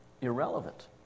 irrelevant